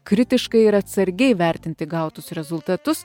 kritiškai ir atsargiai vertinti gautus rezultatus